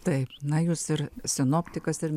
taip na jūs ir sinoptikas ir